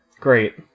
Great